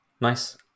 Nice